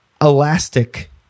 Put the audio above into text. elastic